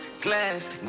glass